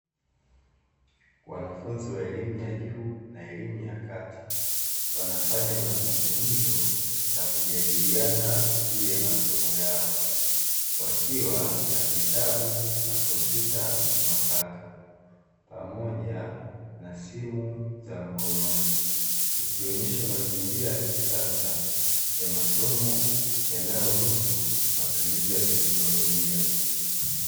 Wanafunzi wa elimu ya juu na elimu ya kati wanafanya mazungumzo na kujadiliana juu ya masomo yao, wakiwa na vitabu na kompyuta mpakato pamoja na simu za mkononi ikionyesha mazingira ya kisasa ya masomo yanayohusu matumizi ya teknolojia.